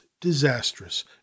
disastrous